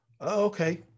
Okay